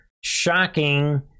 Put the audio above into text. Shocking